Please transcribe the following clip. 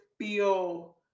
feel